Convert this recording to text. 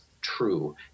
true